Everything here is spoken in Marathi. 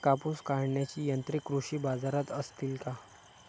कापूस काढण्याची यंत्रे कृषी बाजारात असतील का?